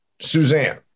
suzanne